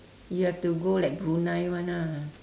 you have to go like brunei one ah